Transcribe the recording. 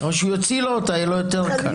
או שהוא יוציא לו אותה, יהיה לו יותר קל.